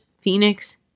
Phoenix